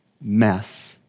mess